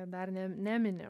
kad dar ne nemini